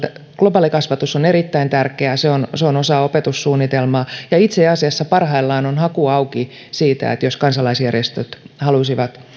globaalikasvatus on erittäin tärkeää se on se on osa opetussuunnitelmaa ja itse asiassa parhaillaan on haku auki siitä jos kansalaisjärjestöt haluaisivat